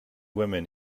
women